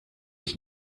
ich